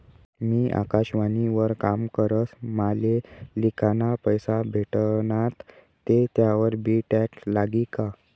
मी आकाशवाणी वर काम करस माले लिखाना पैसा भेटनात ते त्यावर बी टॅक्स लागी का?